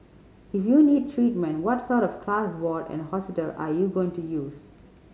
if you need treatment what sort of class ward and hospital are you going to use